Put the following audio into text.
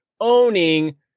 owning